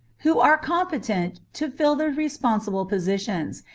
who are competent to fill the responsible positions,